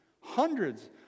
hundreds